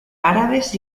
árabes